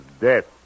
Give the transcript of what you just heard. death